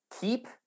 keep